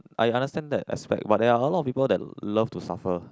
I understand that aspect but there are a lot of people that love to suffer